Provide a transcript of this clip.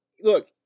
Look